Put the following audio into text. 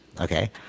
Okay